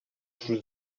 sul